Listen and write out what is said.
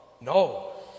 No